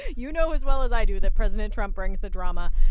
you know as well as i do that president trump brings the drama.